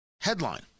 headline